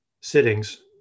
sittings